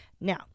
now